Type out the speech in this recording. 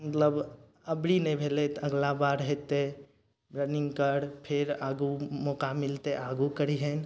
मतलब अबरी नहि भेलय तऽ अगिला बार हेतय रनिंग कर फेर आगू मौका मिलतय आगू करिहेँ